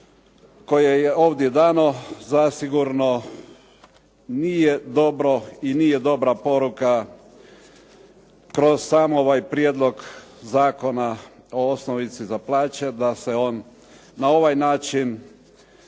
koje je ovdje dano, zasigurno nije dobro i nije dobra poruka kroz sam ovaj prijedlog zakona o osnovici za plaće da se on na ovaj način,